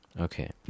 Okay